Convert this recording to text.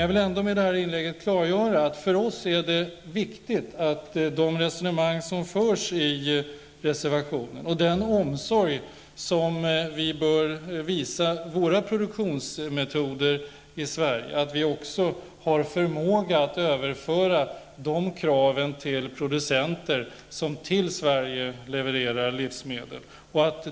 Jag vill ändå med detta inlägg klargöra att de resonemang som förs i reservationen om den omsorg som bör iakttas i de svenska produktionsmetoderna är viktiga för oss. Vi bör också visa förmåga att överföra de kraven på producenter som levererar livsmedel till Sverige.